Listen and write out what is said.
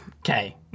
Okay